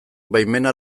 baimena